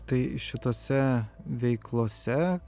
tai šitose veiklose